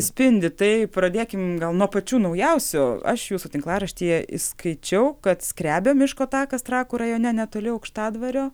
spindi tai pradėkim gal nuo pačių naujausių aš jūsų tinklaraštyje įskaičiau kad skrebio miško takas trakų rajone netoli aukštadvario